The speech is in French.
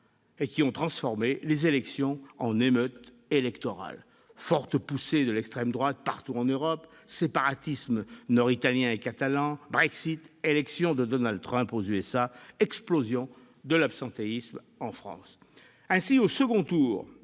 ont transformé les élections en « émeutes électorales »: forte poussée de l'extrême droite partout en Europe, séparatismes nord-italien et catalan, Brexit, élection de Donald Trump aux États-Unis, explosion de l'abstention en France.